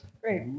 Great